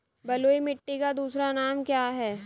बलुई मिट्टी का दूसरा नाम क्या है?